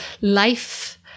life